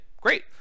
great